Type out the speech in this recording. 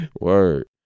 word